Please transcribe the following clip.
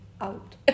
out